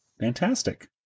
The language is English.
Fantastic